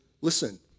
Listen